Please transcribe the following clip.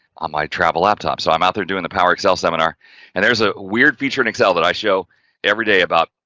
on my travel laptop. so, i'm out there doing the power excel seminar and there's a weird feature in excel that i show every day, about,